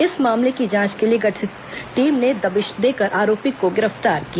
इस मामले की जांच के लिए गठित टीम ने दबिश देकर आरोपी को गिरफ्तार किया